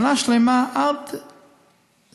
שנה שלמה, עד אוקטובר,